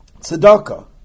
tzedakah